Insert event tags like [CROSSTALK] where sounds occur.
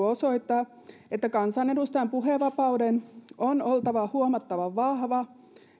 [UNINTELLIGIBLE] osoittaa että kansanedustajan puhevapauden on oltava huomattavan vahva